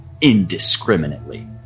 indiscriminately